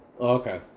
Okay